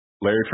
Larry